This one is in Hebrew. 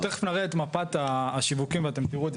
אנחנו תיכף נראה את מפת השיווקים ואתם תראו את זה.